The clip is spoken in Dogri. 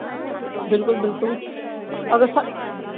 बिलकुल बिलकुल अगर